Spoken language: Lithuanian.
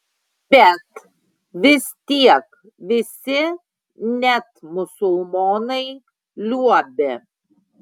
bet vis tiek visi net musulmonai liuobė